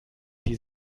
die